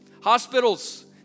Hospitals